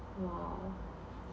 !wow!